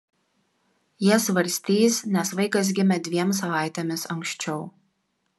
jie svarstys nes vaikas gimė dviem savaitėmis anksčiau